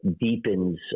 deepens